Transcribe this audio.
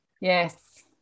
Yes